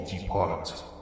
depart